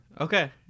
Okay